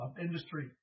Industry